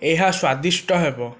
ଏହା ସ୍ୱାଦିଷ୍ଟ ହେବ